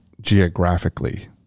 geographically